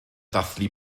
dathlu